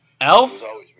Elf